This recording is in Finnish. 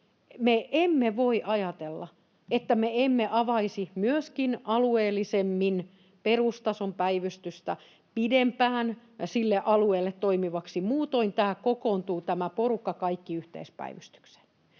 emme voi ajatella, että me emme avaisi myöskin alueellisemmin perustason päivystystä pidempään sille alueelle toimivaksi, muutoin kaikki tämä porukka kokoontuu yhteispäivystykseen.